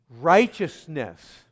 Righteousness